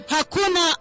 Hakuna